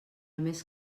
més